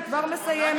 אני כבר מסיימת.